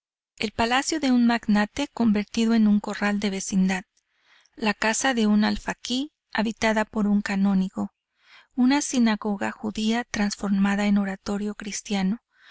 el palacio de un magnate convertido en corral de vecindad la casa de un alfaquí habitada por un canónigo una sinagoga judía transformada en oratorio cristiano